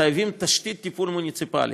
חייבים תשתית טיפול מוניציפלית.